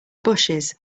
bushes